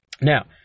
Now